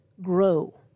grow